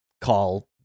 call